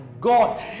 God